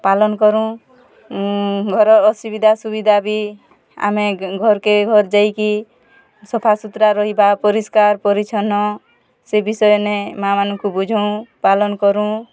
ପାଲନ୍ କରୁଁ ଉଁ ଘର ଅସୁବିଧା ସୁବିଧା ବି ଆମେ ଘର୍ କେ ଘର୍ ଯାଇକି ସଫା ସୁତରା ରହିବା ପରିଷ୍କାର ପରିଚ୍ଛନ୍ନ ସେ ବିଷୟନେ ମାଆମାନଙ୍କୁ ବୁଝାଉଁ ପାଲନ୍ କରୁଁ